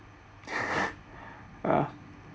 uh